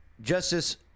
Justice